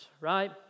right